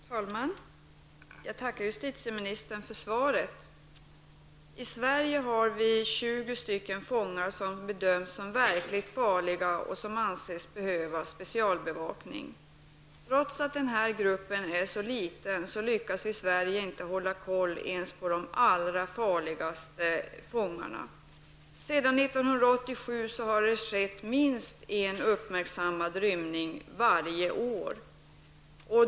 Herr talman! Jag tackar justitieministern för svaret. I Sverige har vi 20 fångar som bedöms som verkligt farliga och som anses behöva specialbevakning. Trots att den här gruppen är så liten, lyckas vi i Sverige inte hålla reda på ens på de allra farligaste fångarna. Sedan 1987 har det skett minst en uppmärksammad rymning varje år.